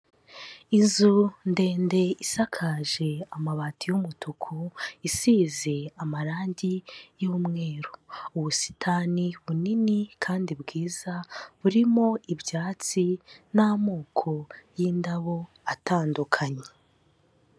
Inzu ndende isakaje amabatiumutuku isize amarangi y'umweru, ubusitani bunini kandi bwiza burimo ibyatsi n'amoko y'indabo atandukanye.